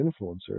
influencers